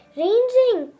ranging